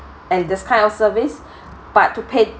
and this kind of service but to pay